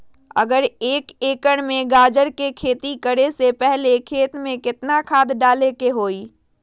अगर एक एकर में गाजर के खेती करे से पहले खेत में केतना खाद्य डाले के होई?